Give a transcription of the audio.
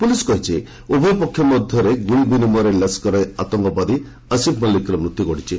police କହିଛି ଉଭୟ ପକ୍ଷ ମଧ୍ୟରେ ଗୁଳି ବିନିମୟରେ ଲସ୍କର ଆତଙ୍କବାଦୀ ଆସିଫ୍ ମଲ୍ଲିକର ମୃତ୍ୟୁ ଘଟିଛି